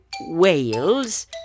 Wales